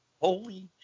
holy